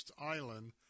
island